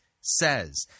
says